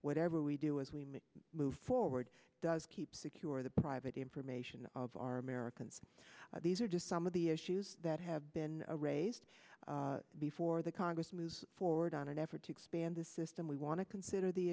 whatever we do as we move forward does keep secure the private information of our americans these are just some of the issues that have been raised before the congress moves forward on an effort to expand the system we want to consider the